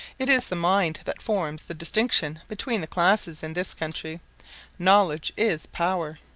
it is the mind that forms the distinction between the classes in this country knowledge is power!